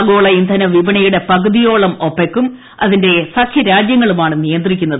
ആഗോള ഇന്ധന വിപണിയുടെ പകുതിയോളം ഒപ്പെക്കും അതിന്റെ സഖ്യ രാജ്യങ്ങളുമാണ് നിയന്ത്രിക്കുന്നത്